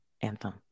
anthem